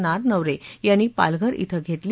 नारनवरे यांनी पालघर ॐ घेतली